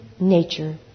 nature